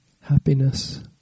happiness